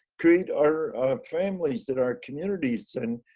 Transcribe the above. create our families that our communities and